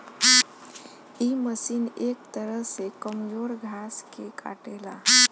इ मशीन एक तरह से कमजोर घास के काटेला